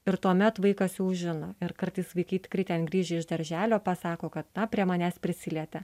ir tuomet vaikas jau žino ir kartais vaikai tikrai ten grįžę iš darželio pasako kad ta prie manęs prisilietė